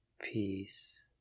Peace